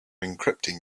encrypting